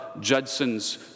Judson's